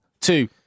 two